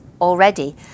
already